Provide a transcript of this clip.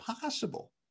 possible